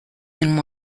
than